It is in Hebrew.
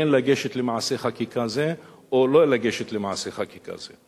כן לגשת למעשה חקיקה זה או לא לגשת למעשה חקיקה זה,